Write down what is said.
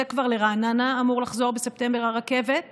לרעננה אמורה לחזור הרכבת בספטמבר.